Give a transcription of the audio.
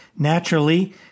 Naturally